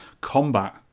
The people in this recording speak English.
Combat